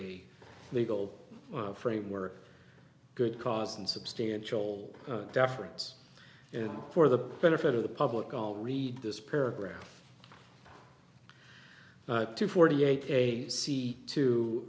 a legal framework good cause and substantial deference and for the benefit of the public all read this paragraph two forty eight a c t